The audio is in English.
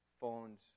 Phones